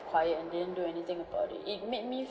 quiet and didn't do anything about it it made me